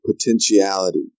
potentiality